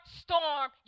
storm